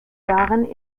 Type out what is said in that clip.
jahren